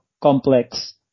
complex